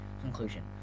Conclusion